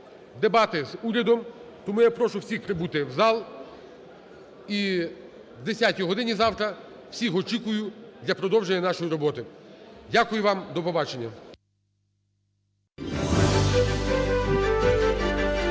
дебати з урядом, тому я прошу всіх прибути в зал. І о 10 годині завтра всіх очікую для продовження нашої роботи. Дякую вам. До побачення.